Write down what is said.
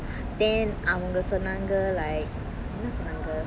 then அவங்க சொன்னாங்க:avanga sonnaanga like என்ன சொன்னாங்க:enna sonnanga